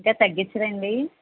ఇంక తగ్గించరండి